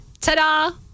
ta-da